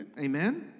Amen